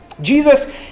Jesus